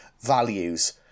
Values